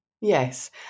yes